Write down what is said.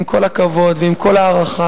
עם כל הכבוד ועם כל ההערכה,